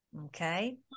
Okay